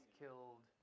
killed